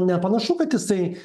nepanašu kad jisai